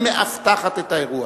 היא מאבטחת את האירוע.